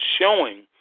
showing